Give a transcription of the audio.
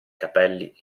capelli